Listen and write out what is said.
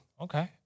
okay